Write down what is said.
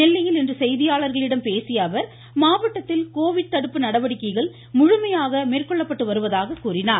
நெல்லையில் இன்று செய்தியாளர்களிடம் பேசிய அவர் மாவட்டத்தில் கோவிட் தடுப்பு நடவடிக்கைகள் முழுமையாக மேற்கொள்ளப்பட்டு வருவதாக கூறினார்